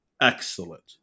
excellent